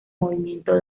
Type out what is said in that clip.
movimiento